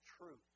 truth